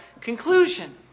conclusion